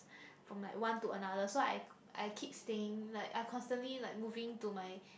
from like one to another so I I keep staying like I constantly like moving to my